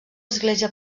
església